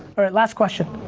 alright, last question.